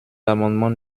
l’amendement